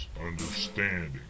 understanding